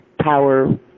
power